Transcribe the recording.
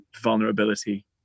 vulnerability